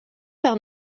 par